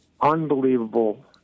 unbelievable